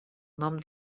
nom